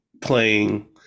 playing